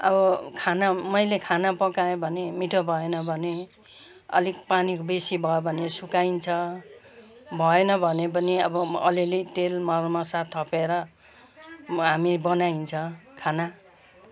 अब खाना मैले खाना पकाएँ भने मिठो भएन भने अलिक पानी बेसी भयो भने सुकाइन्छ भएन भने पनि अब अलिअलि तेल मरमसला थपेर हामी बनाइन्छ खाना